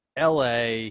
LA